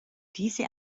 diese